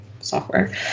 software